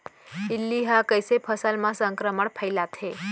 इल्ली ह कइसे फसल म संक्रमण फइलाथे?